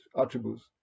attributes